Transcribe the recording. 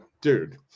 dude